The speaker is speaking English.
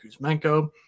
Kuzmenko